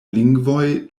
lingvoj